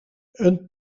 een